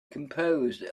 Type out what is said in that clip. composed